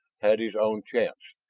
had his own chance.